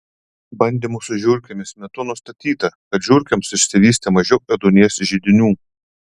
bandymų su žiurkėmis metu nustatyta kad žiurkėms išsivystė mažiau ėduonies židinių